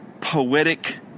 poetic